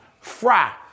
Fry